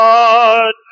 God